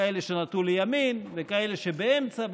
כאלה שנטו לימין וכאלה שבאמצע,